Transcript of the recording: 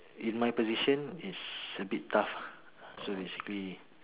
in my position is a bit tough lah so basically